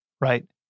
right